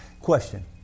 Question